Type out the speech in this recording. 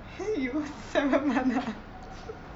!hey! you seventh month ah